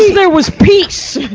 there was peace!